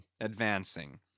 advancing